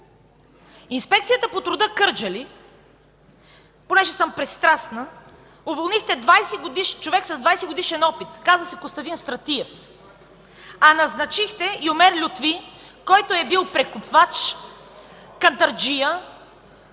Инспекцията по труда в Кърджали, понеже съм пристрастна, уволнихте човек с 20-годишен опит. Казва се Костадин Стратиев, а назначихте Юмер Лютфи, който е бил прекупвач, кантарджия,